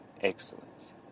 excellence